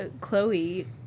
Chloe